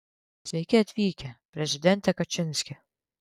sveiki atvykę prezidente kačinski